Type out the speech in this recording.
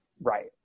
right